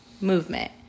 movement